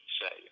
say